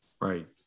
right